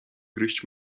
gryźć